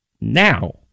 now